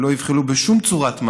ולא יבחלו בשום צורת מאבק,